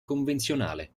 convenzionale